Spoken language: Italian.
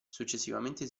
successivamente